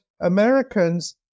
Americans